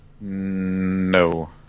No